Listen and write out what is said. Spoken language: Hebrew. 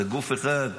זה גוף אחד,